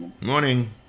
Morning